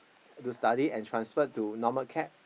to study and transfer to normal acad